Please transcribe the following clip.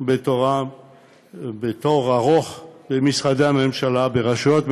בתור ארוך במשרדי הממשלה, ברשויות מקומיות,